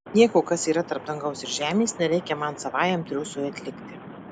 nieko kas yra tarp dangaus ir žemės nereikia man savajam triūsui atlikti